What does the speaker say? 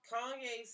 Kanye